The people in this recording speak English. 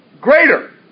Greater